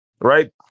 right